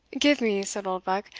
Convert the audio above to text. give me, said oldbuck,